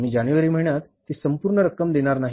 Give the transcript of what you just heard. आम्ही जानेवारी महिन्यात ती संपूर्ण रक्कम देणार नाही